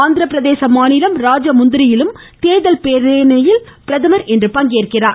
ஆந்திரப்பிரதேச மாநிலம் ராஜமுந்திரியிலும் தேர்தல் பேரணியில் பிரதமர் பங்கேற்கிறார்